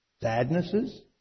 sadnesses